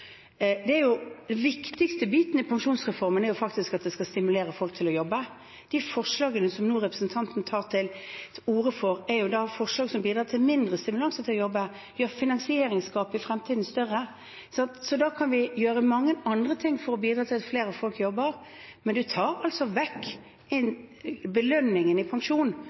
viktigste biten i pensjonsreformen er faktisk å stimulere folk til å jobbe. De forslagene som representanten nå tar til orde for, er forslag som bidrar til mindre stimulans til å jobbe og gjør finansieringsgapet i fremtiden større. Vi kan gjøre mange andre ting for å bidra til at flere folk jobber, men med de forslagene Fremskrittspartiet ivrer for, tar man altså vekk belønningen i